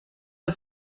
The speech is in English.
ist